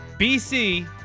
BC